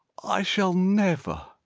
i shall nev-ver,